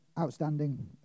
outstanding